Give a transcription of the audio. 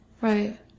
Right